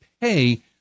pay